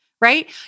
right